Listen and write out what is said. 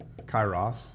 kairos